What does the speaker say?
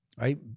right